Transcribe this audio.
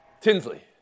Tinsley